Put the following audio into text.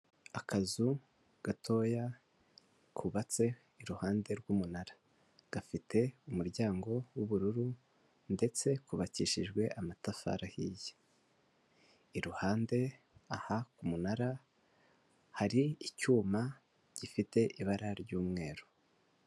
Akazu gatoya kubatse iruhande rw'umunara, gafite umuryango w'ubururu ndetse kubabakishijwe amatafari ahiye, iruhande aha ku munara hari icyuma gifite ibara ry'umweru.